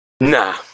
nah